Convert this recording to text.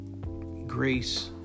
Grace